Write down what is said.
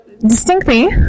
Distinctly